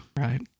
Right